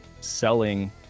selling